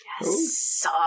Yes